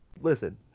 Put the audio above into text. listen